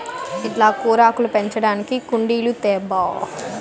ఇంట్ల కూరాకులు పెంచడానికి కుండీలు తేబ్బా